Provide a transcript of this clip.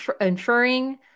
inferring